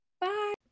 Bye